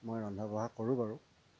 মই ৰন্ধা বঢ়া কৰোঁ বাৰু